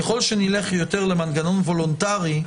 ככל שנלך יותר למנגנון וולונטרי,